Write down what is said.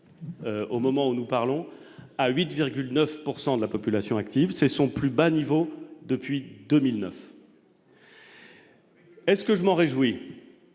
au moment où nous parlons, à 8,9 pourcent de la population active, c'est son plus bas niveau depuis 2009. Est-ce que je m'en réjouis,